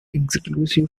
exclusive